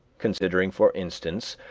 considering, for instance,